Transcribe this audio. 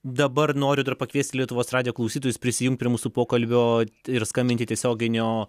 dabar noriu dar pakviesti lietuvos radijo klausytojus prisijungt prie mūsų pokalbio ir skambinti tiesioginio